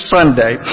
Sunday